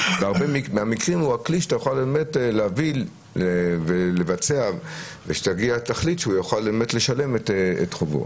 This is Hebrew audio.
הכלי שאתה יכול לבצע ולהביא לתכלית שהוא יוכל לשלם את חובו.